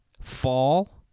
fall